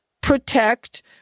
protect